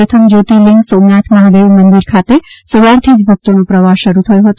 પ્રથમ જ્યોતિર્લિંગ સોમનાથ મહાદેવ મંદિર ખાતે સવારથી જ ભક્તોનો પ્રવાફ શરૂ થયો હતો